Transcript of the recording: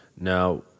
Now